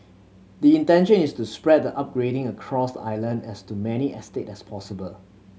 the intention is to spread the upgrading across the island as to many estates as possible